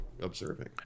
observing